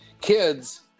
Kids